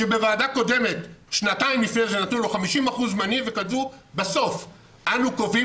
כשבוועדה קודמת שנתיים לפני זה נתנו לו 50% זמני וכתבו בסוף: 'אנו קובעים